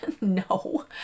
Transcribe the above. No